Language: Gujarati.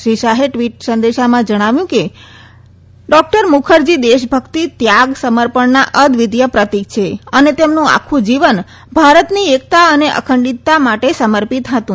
શ્રી શાહે ટવીટ સંદેશામાં ણાવ્યું કે ડોકટર મુખર્ી દેશભકિત ત્યાગ સમર્ાણના અદ્વિતીય પ્રતીક છે અને તેમનું આખુ જીવન ભારતની એકતા અને અખંડિતતા માટે સમર્વિત હતું